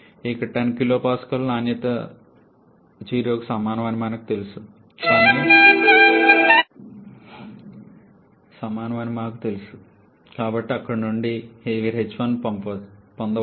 ఇది 10 kPa మరియు నాణ్యత 0కి సమానం అని మాకు తెలుసు కాబట్టి అక్కడ నుండి మీకు h1 పొందవచ్చు